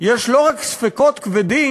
יש לא רק ספקות כבדים,